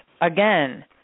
again